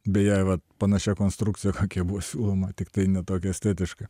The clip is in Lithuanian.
beje va panašia konstrukcija kokia buvo siūloma tiktai ne tokia estetiška